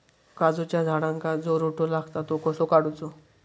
काजूच्या झाडांका जो रोटो लागता तो कसो काडुचो?